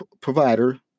provider